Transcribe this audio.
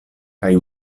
kaj